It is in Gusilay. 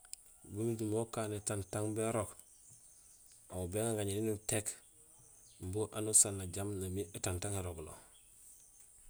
Bu nujumé ukaan étantang imbi érok, aw béŋaar gañéni nutéék bo anusaan najaam namiir étantang érogulo.